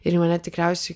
ir į mane tikriausiai